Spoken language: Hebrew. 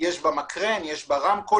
יש בה מקרן, יש בה רמקולים.